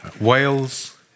Wales